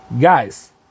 Guys